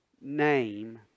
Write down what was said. name